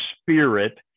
Spirit